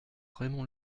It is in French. raymond